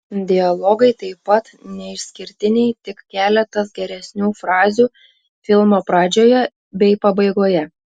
dialogai taip pat neišskirtiniai tik keletas geresnių frazių filmo pradžioje bei pabaigoje